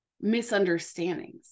misunderstandings